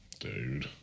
Dude